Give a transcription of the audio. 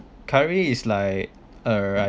currently is like uh